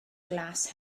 glas